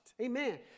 Amen